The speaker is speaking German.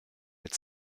mit